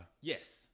Yes